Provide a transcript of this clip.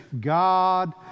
God